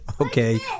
okay